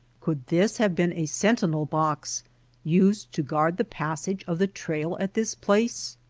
could this have been a sentinel box used to guard the passage of the trail at this place?